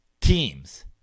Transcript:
teams